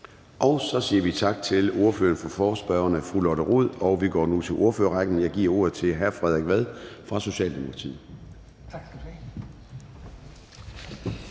Så siger vi tak til ordføreren for forespørgerne, fru Lotte Rod. Vi går nu til ordførerrækken. Jeg giver ordet til hr. Frederik Vad fra Socialdemokratiet.